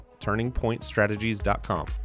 turningpointstrategies.com